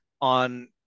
on